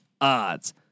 odds